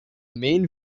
main